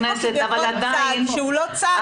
יש פה כביכול צד שהוא לא צד.